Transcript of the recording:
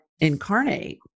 incarnate